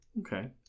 Okay